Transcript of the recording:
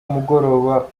mugoroba